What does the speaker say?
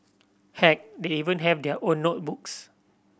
heck they even have their own notebooks